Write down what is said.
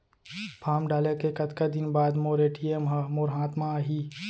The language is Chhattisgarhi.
फॉर्म डाले के कतका दिन बाद मोर ए.टी.एम ह मोर हाथ म आही?